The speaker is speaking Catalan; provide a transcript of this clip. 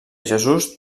jesús